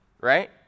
right